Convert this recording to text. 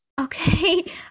okay